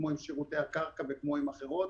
כמו עם שירותי הקרקע וכמו עם אחרות.